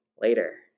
later